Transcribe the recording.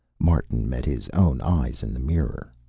martin met his own eyes in the mirror.